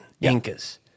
Incas